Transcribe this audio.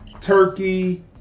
Turkey